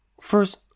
first